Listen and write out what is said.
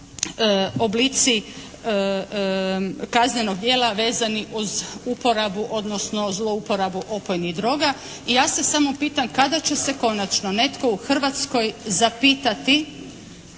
oblici kaznenog djela vezani uz uporabu odnosno zlouporabu opojnih droga. I ja se samo pitam, kada će se konačno netko u Hrvatskoj zapitati